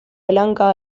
blanca